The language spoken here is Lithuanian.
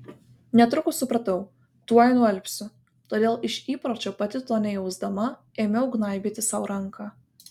netrukus supratau tuoj nualpsiu todėl iš įpročio pati to nejausdama ėmiau gnaibyti sau ranką